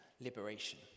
liberation